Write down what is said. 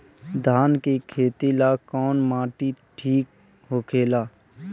धान के खेती ला कौन माटी ठीक होखेला?